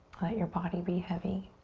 let your body be heavy.